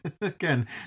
Again